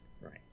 Right